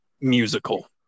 musical